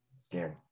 Scary